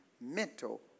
mental